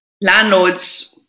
landlords